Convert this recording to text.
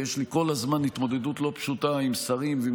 ויש לי כל הזמן התמודדות לא פשוטה עם שרים ועם